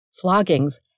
Floggings